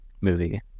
movie